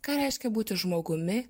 ką reiškia būti žmogumi